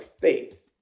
faith